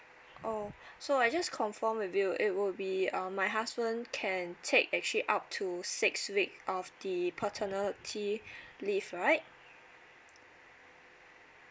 oh so I just confirm with you it would be um my husband can take actually up to six week of the paternity leave right